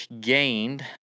gained